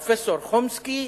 פרופסור חומסקי,